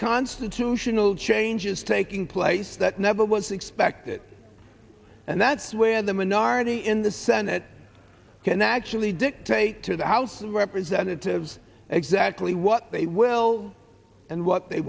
constitutional changes taking place that never was expected and that's where the minority in the senate can actually dictate to the house of representatives exactly what they will and what they